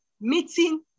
meeting